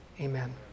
Amen